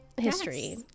history